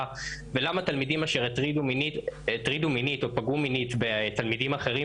ולמה תלמידים אשר הטרידו מינית או פגעו מינית בתלמידים אחרים